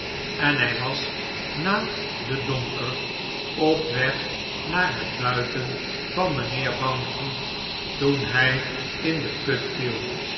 en hij was na den donker op weg naar het buiten van mijnheer bounderby toen hy in den put viel